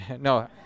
No